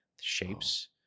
shapes